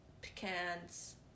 pecans